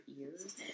ears